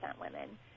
women